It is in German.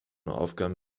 aufgaben